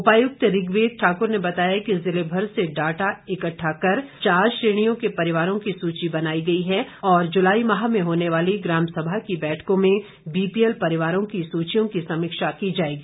उपायुक्त ऋग्वेद ठाकुर ने बताया कि जिले भर से डाटा इकट्ठा कर चार श्रेणियों के परिवारों की सूची बनाई गई है और जुलाई माह में होने वाली ग्राम सभा की बैठकों में बीपीएल परिवारों की सूचियों की समीक्षा की जाएगी